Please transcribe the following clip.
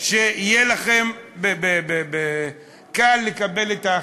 שיהיה לכם קל לקבל את ההחלטה: